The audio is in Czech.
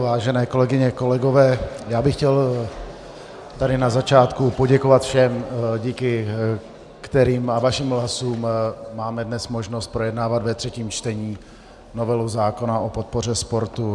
Vážené kolegyně, kolegové, chtěl bych tady na začátku poděkovat všem, díky kterým a vašim hlasům máme dnes možnost projednávat ve třetím čtení novelu zákona o podpoře sportu.